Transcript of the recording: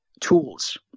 tools